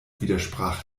widersprach